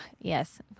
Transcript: Yes